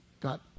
got